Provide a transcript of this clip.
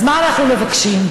אז מה אנחנו מבקשים?